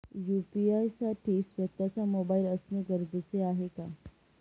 UPI साठी स्वत:चा mobile असणे गरजेचे आहे का?